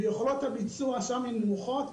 ויכולות הביצוע שם נמוכות.